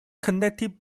connecting